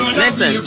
listen